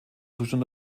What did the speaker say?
zustand